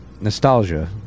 nostalgia